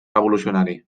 revolucionari